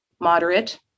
moderate